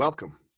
Welcome